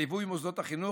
לליווי מוסדות החינוך.